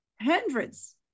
hundreds